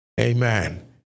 Amen